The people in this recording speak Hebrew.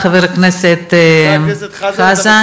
תודה, חבר הכנסת חזן.